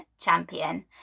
champion